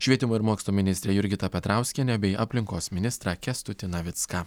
švietimo ir mokslo ministrę jurgitą petrauskienę bei aplinkos ministrą kęstutį navicką